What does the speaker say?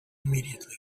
immediately